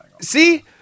See